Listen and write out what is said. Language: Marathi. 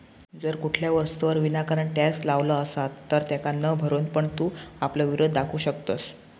जर कुठल्या वस्तूवर विनाकारण टॅक्स लावलो असात तर तेका न भरून पण तू आपलो विरोध दाखवू शकतंस